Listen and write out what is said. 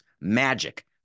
Magic